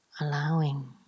Allowing